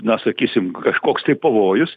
na sakysim kažkoks tai pavojus